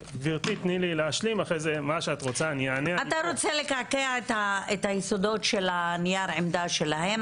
אתה רוצה לקעקע את היסודות של נייר עמדה שלהם?